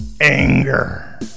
anger